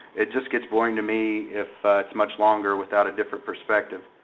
it just gets boring to me if it's much longer without a different perspective.